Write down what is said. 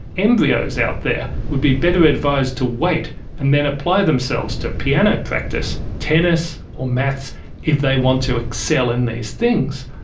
embryos out there would be better advised to wait and then apply themselves to piano practice, tennis, or maths if they want to excel in these things,